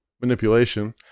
manipulation